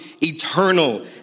eternal